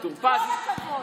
כל הכבוד.